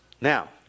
Now